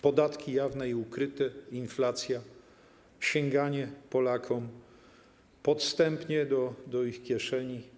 Podatki jawne i ukryte, inflacja, sięganie Polakom podstępnie do ich kieszeni.